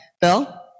Bill